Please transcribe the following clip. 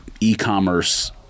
e-commerce